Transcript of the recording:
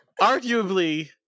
Arguably